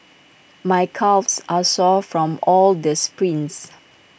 my calves are sore from all the sprints